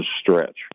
stretch